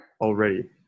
Already